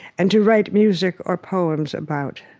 and to write music or poems about.